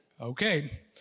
Okay